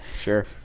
Sure